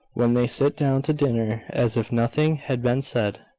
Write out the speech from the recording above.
when they sit down to dinner, as if nothing had been said.